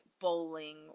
bowling